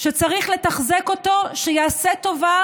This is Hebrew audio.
שצריך לתחזק אותו, שיעשה טובה